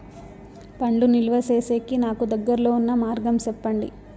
పండ్లు నిలువ సేసేకి నాకు దగ్గర్లో ఉన్న మార్గం చెప్పండి?